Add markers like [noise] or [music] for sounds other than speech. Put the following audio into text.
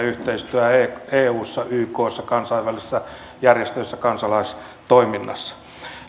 [unintelligible] yhteistyö eussa ykssa kansainvälisissä järjestöissä ja kansalaistoiminnassa